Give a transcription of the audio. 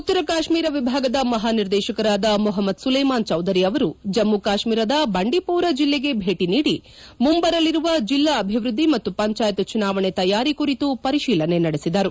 ಉತ್ತರ ಕಾತ್ನೀರ ವಿಭಾಗದ ಮಹಾನಿರ್ದೇಶಕಾರದ ಮೊಹಮ್ನದ್ ಸುಲೇಮಾನ್ ಚೌದರಿ ಅವರು ಜಮ್ನು ಕಾತ್ನೀರದ ಬಂಡಿತೋರ ಜಲ್ಲೆಗೆ ಭೇಟ ನೀಡಿ ಮುಂಬರಲಿರುವ ಜಿಲ್ಲಾ ಅಭಿವೃದ್ದಿ ಮತ್ತು ಪಂಚಾಯತ್ ಚುನಾವಣೆ ತಯಾರಿ ಕುರಿತು ಪರಿಶೀಲನೆ ನಡೆಸಿದರು